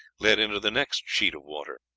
led into the next sheet of water.